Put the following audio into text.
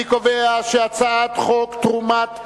אני קובע שהצעת חוק תרומת ביציות,